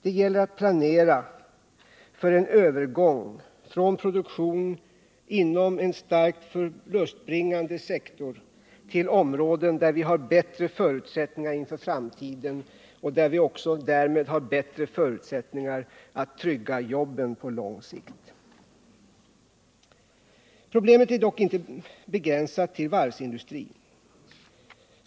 Det gäller att planera för en övergång från produktion inom en starkt förlustbringande sektor till områden där vi har bättre förutsättningar inför framtiden och därmed också har bättre förutsättningar att trygga jobben på lång sikt. Problemet är dock inte begränsat till varvsindustrin.